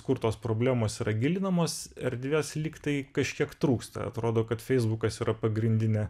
kur tos problemos yra gilinamos erdvės lygtai kažkiek trūksta atrodo kad feisbukas yra pagrindinė